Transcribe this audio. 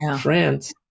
France